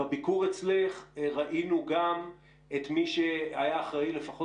בביקור אצלך ראינו גם את מי שהיה אחראי לפחות